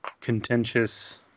contentious